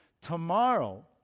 Tomorrow